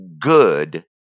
good